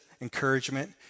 encouragement